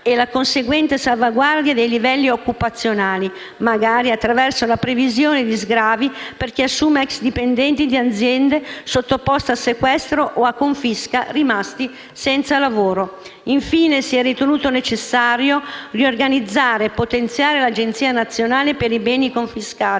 e la conseguente salvaguardia dei livelli occupazionali, magari attraverso la previsione di sgravi per chi assume *ex* dipendenti di aziende sottoposte a sequestro o a confisca rimasti senza lavoro. Infine, si è ritenuto necessario riorganizzare e potenziare l'Agenzia nazionale per i beni confiscati,